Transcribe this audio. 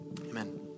Amen